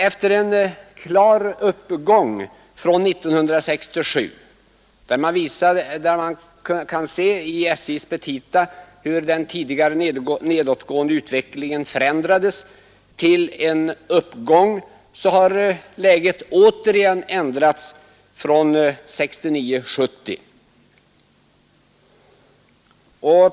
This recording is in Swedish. Efter en klar uppgång från 1967 — man kan se i SJ:s petita hur den tidigare nedåtgående utvecklingen förändrades till en uppgång då — har läget återigen ändrats från 1969/70.